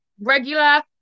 regular